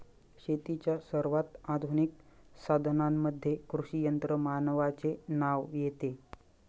शेतीच्या सर्वात आधुनिक साधनांमध्ये कृषी यंत्रमानवाचे नाव येते